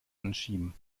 anschieben